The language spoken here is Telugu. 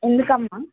ఎందుకమ్మా